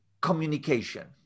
communication